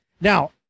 Now